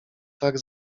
tak